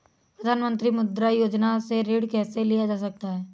प्रधानमंत्री मुद्रा योजना से ऋण कैसे लिया जा सकता है?